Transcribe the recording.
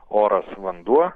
oras vanduo